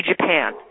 Japan